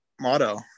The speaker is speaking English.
motto